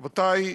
רבותי,